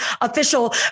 official